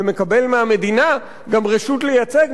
ומקבל מהמדינה גם רשות לייצא,